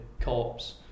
cops